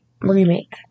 Remake